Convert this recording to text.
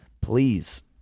please